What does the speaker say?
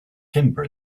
timber